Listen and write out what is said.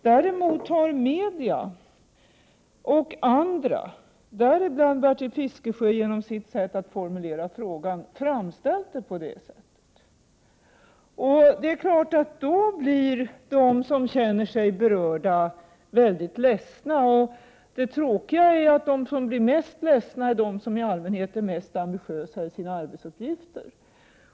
Däremot har media och andra — däribland Bertil Fiskesjö genom sitt sätt att formulera frågan — framställt det så. Då blir givetvis de som känner sig berörda mycket ledsna. Och det tråkiga är att de som blir mest ledsna är de som i allmänhet är mest ambitiösa i sina arbetsuppgifter.